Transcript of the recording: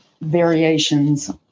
variations